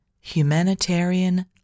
Humanitarian